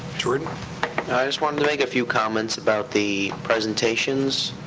jordan? i just wanted to make a few comments about the presentations.